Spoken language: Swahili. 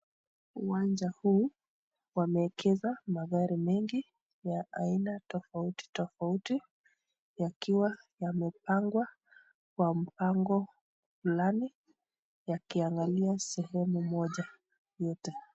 Uwanja huu wamewekeza magari mingi ya aina tofauti tofauti yakiwa yamepangwa kwa mpango fulani yakiangalia sehemu moja yote.